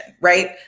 right